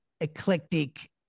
eclectic